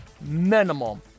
minimum